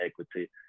equity